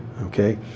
Okay